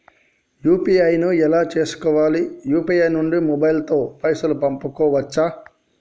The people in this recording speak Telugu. యూ.పీ.ఐ ను ఎలా చేస్కోవాలి యూ.పీ.ఐ నుండి మొబైల్ తో పైసల్ పంపుకోవచ్చా?